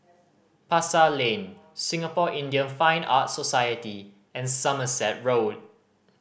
Pasar Lane Singapore Indian Fine Arts Society and Somerset Road